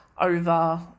over